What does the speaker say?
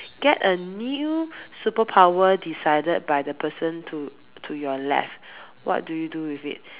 get a new superpower decided by the person to to your left what do you do with it